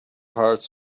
hearts